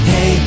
Hey